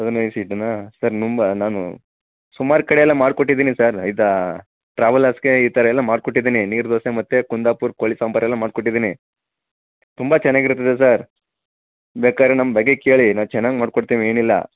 ಹದಿನೈದು ಸೀಟನ ಸರ್ ತುಂಬ ನಾನು ಸುಮಾರು ಕಡೆಯೆಲ್ಲ ಮಾಡಿಕೊಟ್ಟಿದ್ದೀನಿ ಸರ್ ಇದೆ ಟ್ರಾವಲ್ಸ್ಕೆ ಈ ಥರಯೆಲ್ಲ ಮಾಡ್ಕೊಟ್ಟಿದ್ದೀನಿ ನೀರ್ದೋಸೆ ಮತ್ತೆ ಕುಂದಾಪುರ್ ಕೋಳಿ ಸಾಂಬಾರೆಲ್ಲ ಮಾಡ್ಕೊಟ್ಟಿದ್ದೀನಿ ತುಂಬ ಚೆನ್ನಾಗಿರ್ತದೆ ಸರ್ ಬೇಕಾದ್ರೆ ನಮ್ಮ ಬಗ್ಗೆ ಕೇಳಿ ನಾವು ಚೆನ್ನಾಗಿ ಮಾಡ್ಕೊಡ್ತೀನಿ ಏನಿಲ್ಲ